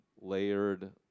layered